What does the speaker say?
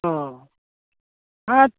अ हाब